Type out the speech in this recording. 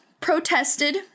protested